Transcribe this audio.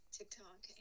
TikTok